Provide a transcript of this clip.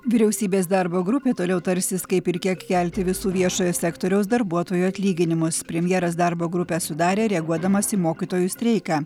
vyriausybės darbo grupė toliau tarsis kaip ir kiek kelti visų viešojo sektoriaus darbuotojų atlyginimus premjeras darbo grupę sudarė reaguodamas į mokytojų streiką